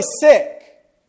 sick